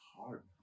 hard